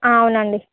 అవునండి